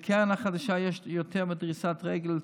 לקרן החדשה יש יותר מדריסת רגל,